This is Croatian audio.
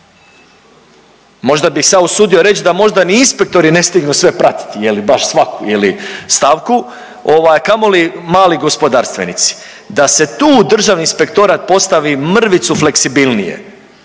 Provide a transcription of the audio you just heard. možda bih se ja usudio reći da možda ni inspektori ne stignu sve pratiti, je li, baš svaku, je li stavku, ovaj, a kamoli mali gospodarstvenici. Da se tu Državni inspektorat postavi mrvicu fleksibilnije,